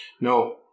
No